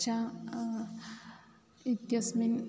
च इत्यस्मिन्